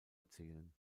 erzielen